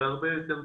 והרבה יותר טובים.